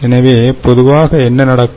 எனவே பொதுவாக என்ன நடக்கும்